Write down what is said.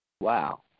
Wow